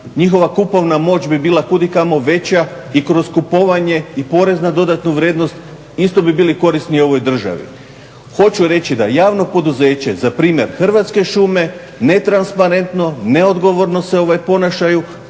Njihova kupovna moć bi bila kudikamo veća i kroz kupovanje i porez na dodatnu vrijednost isto bi bili korisni ovoj državi. Hoću reći da je javno poduzeće za primjer Hrvatske šume netransparentno, neodgovorno se ponašaju,